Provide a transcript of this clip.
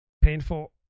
painful